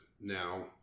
Now